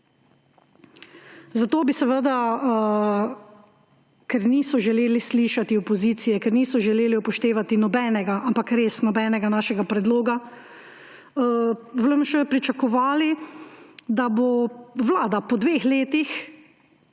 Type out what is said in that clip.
Zato ker niso želeli slišati opozicije, ker niso želeli upoštevati nobenega, ampak res nobenega našega predloga, bi v LMŠ pričakovali, da bo Vlada po dveh letih